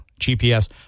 GPS